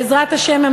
בעזרת השם,